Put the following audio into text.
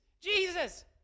Jesus